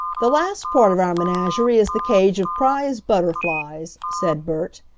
the last part of our menagerie is the cage of prize butterflies, said bert.